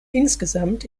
insgesamt